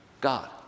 God